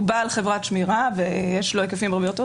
בעל חברת שמירה ויש לו היקפים הרבה יותר.